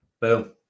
boom